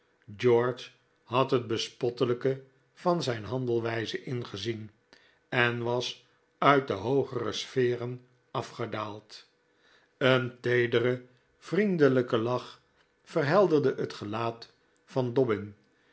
george had het bespottelijke van zijn handelwijze ingezien en was uit de hoogere sferen afgedaald een teedere vriendelijke lach verhelderde het gelaat van